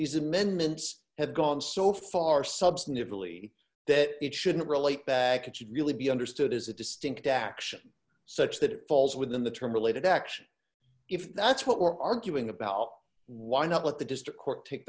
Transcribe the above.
these amendments have gone so far substantively that it shouldn't relate back it should really be understood as a distinct action such that it falls within the term related action if that's what we're arguing about why not let the district court take